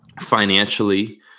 Financially